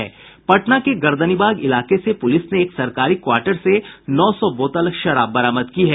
पटना के गर्दनीबाग इलाके से पुलिस ने एक सरकारी क्वार्टर से नौ सौ बोतल शराब बरामद की है